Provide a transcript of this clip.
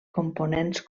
components